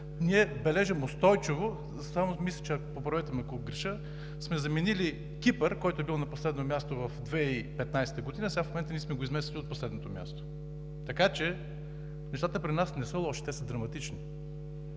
ние бележим устойчиво – поправете ме, ако греша – заменили сме Кипър, който е бил на последно място в 2015 г., в момента ние сме го изместили от последното място. Така че нещата при нас не са лоши, те са драматични!